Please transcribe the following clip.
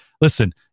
Listen